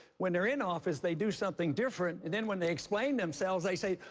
when they're in office, they do something different. and then when they explain themselves, they say,